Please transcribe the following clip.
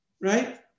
Right